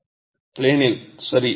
ப்ளேனில் சரி